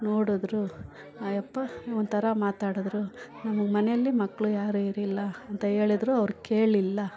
ನೋಡಿದ್ರು ಆ ಯಪ್ಪ ಒಂಥರಾ ಮಾತಾಡಿದ್ರು ನಮ್ಗೆ ಮನೆಯಲ್ಲಿ ಮಕ್ಕಳು ಯಾರೂ ಇರಿಲ್ಲ ಅಂತ ಹೇಳಿದ್ರು ಅವರು ಕೇಳಲಿಲ್ಲ